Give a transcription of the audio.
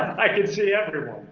i can see everyone.